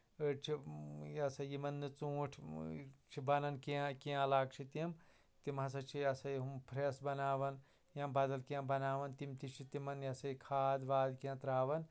أڈۍ چھِ یا سا یہِ یمَن نہٕ ژوٗنٛٹھۍ چھِ بَنان کیٚنٛہہ کیٚنٛہہ علاقہٕ چھِ تِم تِم ہسا چھِ یا سا یہِ پھرٮ۪س بَناوان یا بدل کیٚنٛہہ بَناوان تِم تہِ چھِ تمَن یا سا یہِ کھاد واد کیٚنٛہہ ترٛاوان